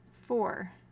Four